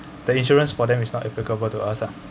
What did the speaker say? the insurance for them is not applicable to us ah